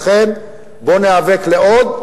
לכן בואו ניאבק לעוד,